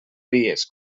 dies